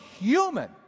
human